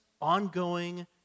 ongoing